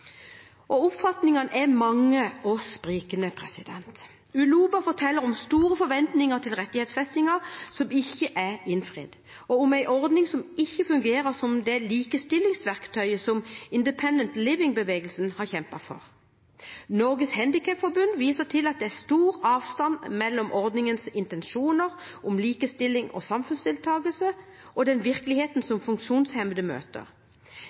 Oppfatningene er mange og sprikende. ULOBA forteller om store forventninger til rettighetsfestingen som ikke er innfridd, og om en ordning som ikke fungerer som det likestillingsverktøyet som Independent Living-bevegelsen har kjempet for. Norges Handikapforbund viser til at det er stor avstand mellom ordningens intensjoner om likestilling og samfunnsdeltakelse og den virkeligheten som funksjonshemmede møter.